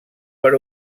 per